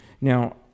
Now